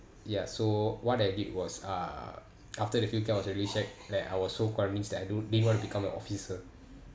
ya so what I did was uh after the field camp I was really shag like I was so convinced that I don't didn't wanna to become a officer